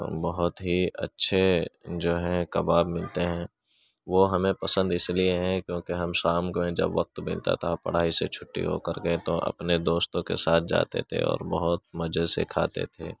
بہت ہی اچھے جو ہیں کباب ملتے ہیں وہ ہمیں پسند اس لیے ہیں کیونکہ ہم شام کو جب وقت ملتا تھا پڑھائی سے چھٹی ہو کر کے تو اپنے دوستوں کے ساتھ جاتے تھے اور بہت مزے سے کھاتے تھے